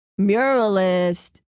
muralist